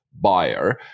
buyer